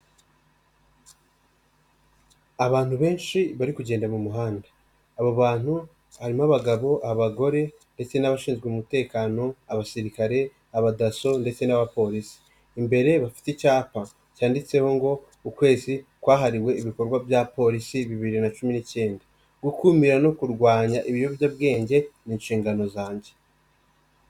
Abantu benshi bari kugenda mu muhanda. Abo bantu harimo abagabo, abagore ndetse n'abashinzwe umutekano: abasirikare, abadaso ndetse n'abapolisi. Imbere bafite icyapa cyanditseho ngo: "ukwezi kwahariwe ibikorwa bya polisi 2019. Gukumira no kurwanya ibiyobyabwenge ni inshingano zanjye".